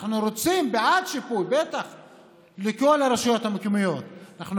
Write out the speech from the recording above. אנחנו בעד שיפוי לכל הרשויות המקומיות, בטח.